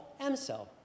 M-cell